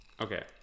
Okay